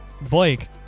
Blake